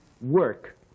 work